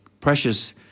precious